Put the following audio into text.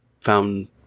found